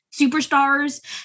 superstars